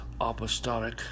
Apostolic